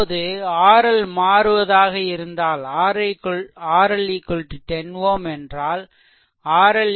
இப்போது RL மாறுவதாக இருந்தால் RL 10 Ω என்றால் RL 6 Ω என்றால்